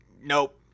nope